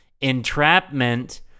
entrapment